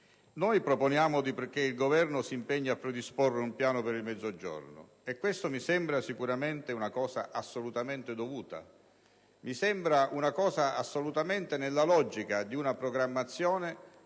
Noi proponiamo che il Governo si impegni a predisporre un piano per il Mezzogiorno, e questa mi sembra una richiesta assolutamente dovuta. Mi sembra infatti che ciò rientri nella logica di una programmazione